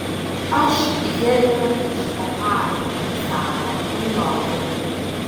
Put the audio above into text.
aš hetera iš ohajo sako naujokė